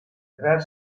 clar